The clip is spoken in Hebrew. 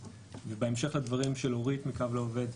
בהמשך לדברים של אורית מ"קו לעובד",